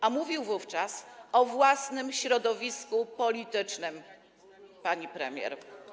a mówił wówczas o własnym środowisku politycznym, pani premier.